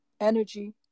energy